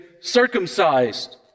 circumcised